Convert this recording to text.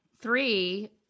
three